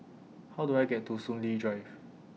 How Do I get to Soon Lee Drive